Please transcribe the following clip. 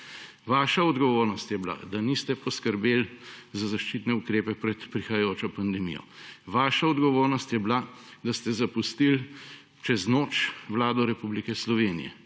Vaša odgovornost je bila, da niste poskrbeli za zaščitne ukrepe pred prihajajočo pandemijo. Vaša odgovornost je bila, da ste zapustili čez noč Vlado Republike Slovenije.